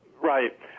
Right